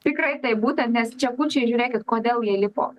tikrai taip būtent nes čekučiai žiūrėkit kodėl jie lipo